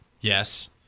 Yes